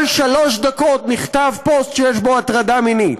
כל שלוש דקות נכתב פוסט שיש בו הטרדה מינית,